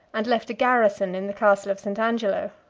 and left a garrison in the castle of st. angelo.